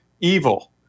evil